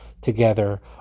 together